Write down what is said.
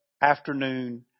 afternoon